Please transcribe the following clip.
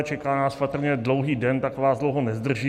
Čeká nás patrně dlouhý den, tak vás dlouho nezdržím.